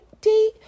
date